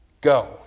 Go